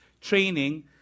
Training